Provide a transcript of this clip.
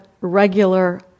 regular